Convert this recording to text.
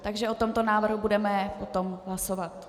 Takže o tomto návrhu budeme potom hlasovat.